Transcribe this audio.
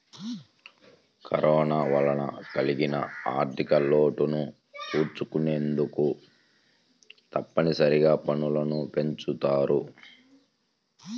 corona వల్ల కలిగిన ఆర్ధికలోటును పూడ్చుకొనేందుకు తప్పనిసరిగా పన్నులు పెంచుతారు